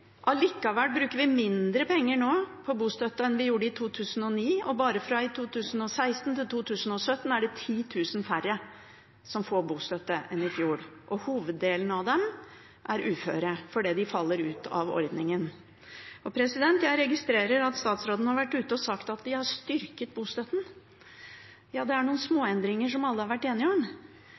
likevel bruker vi mindre penger på bostøtte nå enn vi gjorde i 2009, og i 2017 er det 10 000 færre som får bostøtte enn i fjor. Hoveddelen av dem er uføre som har falt ut av ordningen. Jeg registrerer at statsråden har vært ute og sagt at de har styrket bostøtten. Ja, det er noen småendringer som alle har vært enige om.